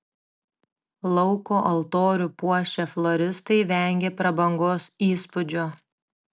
lauko altorių puošę floristai vengė prabangos įspūdžio